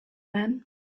men